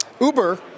Uber